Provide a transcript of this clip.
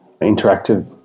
interactive